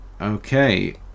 okay